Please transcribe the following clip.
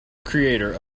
creator